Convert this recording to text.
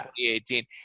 2018